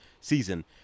season